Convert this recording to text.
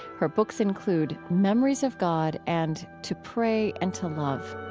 her books include memories of god and to pray and to love